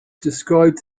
described